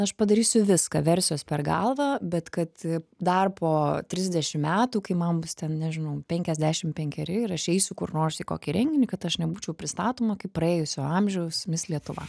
aš padarysiu viską versiuos per galvą bet kad dar po trisdešim metų kai man bus ten nežinau penkiasdešim penkeri ir aš eisiu kur nors į kokį renginį kad aš nebūčiau pristatoma kaip praėjusio amžiaus mis lietuva